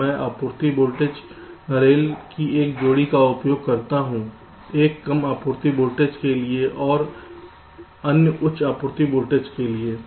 मैं आपूर्ति voltage rail की एक जोड़ी का उपयोग करता हूं एक कम आपूर्ति वोल्टेज के लिए है और अन्य उच्च आपूर्ति वोल्टेज के लिए है